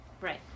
right